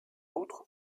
outre